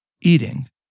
eating